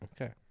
Okay